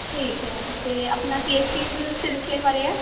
ਠੀਕ ਹੈ ਅਤੇ ਆਪਣਾ ਕੇਸ ਕਿਸ ਸਿਲਸਿਲੇ ਬਾਰੇ ਹੈ